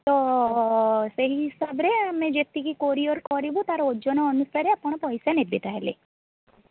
ତ ସେହି ହିସାବରେ ଆମେ ଯେତିକି କୋରିୟର୍ କରିବୁ ତା'ର ଓଜନ ଅନୁସାରେ ଆପଣ ପଇସା ନେବେ ତା' ହେଲେ